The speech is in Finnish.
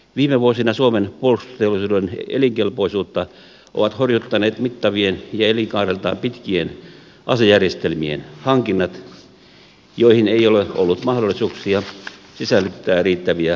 viime vuosina suomen puolustusteollisuuden elinkelpoisuutta ovat horjuttaneet mittavien ja elinkaudeltaan pitkien asejärjestelmien hankinnat joihin ei ole ollut mahdollisuuksia sisällyttää riittäviä vastaostovelvoitteita